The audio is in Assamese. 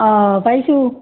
অঁ পাইছোঁ